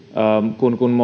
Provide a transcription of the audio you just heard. kun kun